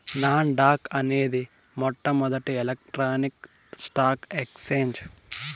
non dock అనేది మొట్టమొదటి electronic stock exchange